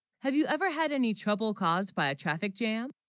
have, you, ever had any trouble caused, by a traffic jam